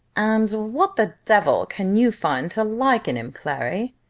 and what the devil can you find to like in him, clary?